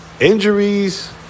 injuries